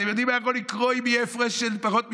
אתם יודעים מה יכול לקרות אם יהיה הפרש של פחות משניים?